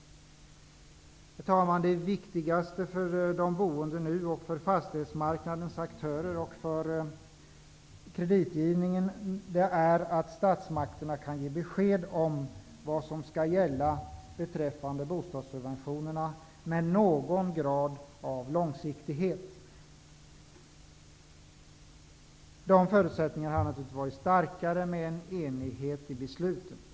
Herr talman! Det viktigaste för de boende, för fastighetsmarknadens aktörer och för kreditgivningen är nu att statsmakterna kan ge besked om vad som skall gälla beträffande bostadssubventionerna med någon grad av långsiktighet. Förutsättningarna för detta hade naturligtvis varit starkare med en enighet i besluten.